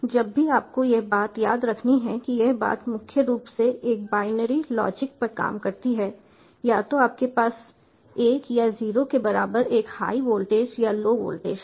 जब भी आपको यह बात याद रखनी है कि यह बात मुख्य रूप से एक बाइनरी लॉजिक पर काम करती है या तो आपके पास 1 या 0 के बराबर एक हाई वोल्टेज या लो वोल्टेज है